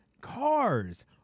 Cars